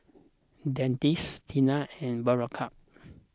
Dentiste Tena and Berocca